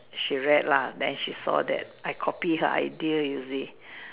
she read lah then she saw that I copy her idea you see